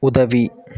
உதவி